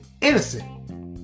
innocent